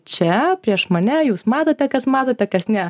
čia prieš mane jūs matote kad matote kas ne